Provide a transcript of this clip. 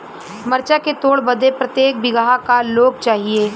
मरचा के तोड़ बदे प्रत्येक बिगहा क लोग चाहिए?